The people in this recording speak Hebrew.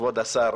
כבוד השר,